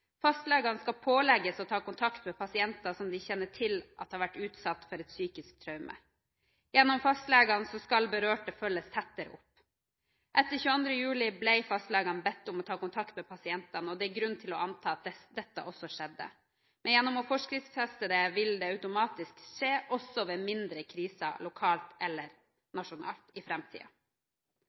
Fastlegene skal pålegges å ta kontakt med pasienter som de kjenner til har vært utsatt for et psykisk traume. Gjennom fastlegene skal berørte følges tettere opp. Etter 22. juli ble fastlegene bedt om å ta kontakt med pasientene, og det er grunn til å anta at dette også skjedde. Gjennom å forskriftfeste det vil det automatisk skje også ved mindre kriser lokalt eller nasjonalt i